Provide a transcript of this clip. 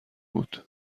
بود